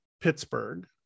pittsburgh